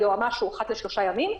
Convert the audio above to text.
ליועמ"ש זה אחת לשלושה ימים,